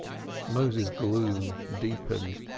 moses's gloom deepened.